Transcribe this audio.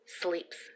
sleeps